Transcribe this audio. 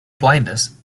blindness